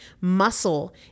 Muscle